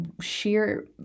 sheer